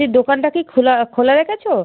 এই দোকানটা কি খোলা খোলা রেখেছো